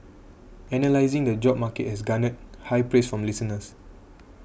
analysing the job market has garnered high praise from listeners